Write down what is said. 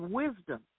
wisdom